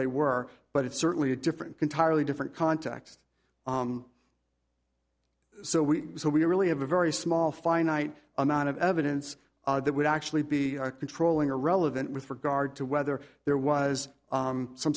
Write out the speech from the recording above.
they were but it's certainly a different can tiredly different context so we so we really have a very small finite amount of evidence that would actually be controlling a relevant with regard to whether there was some